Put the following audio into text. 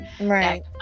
Right